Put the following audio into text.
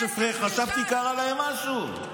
13 וחשבתי שקרה להם משהו,